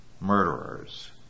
murderers